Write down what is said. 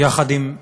יחד עם רבניהן,